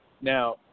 Now